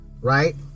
right